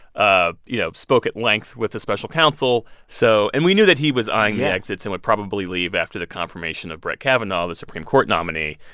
ah you know, spoke at length with the special counsel, so and we knew that he was eyeing the. yeah. exits and would probably leave after the confirmation of brett kavanaugh, the supreme court nominee.